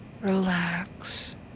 relax